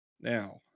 Now